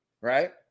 Right